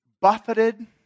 buffeted